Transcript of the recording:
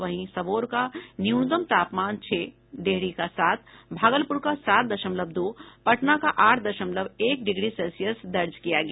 वहीं सबौर का न्यूनतम तापमान छह डेहरी का सात भागलपूर का सात दशमलव दो पटना का आठ दशमलव एक डिग्री सेल्सियस दर्ज किया गया